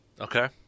Okay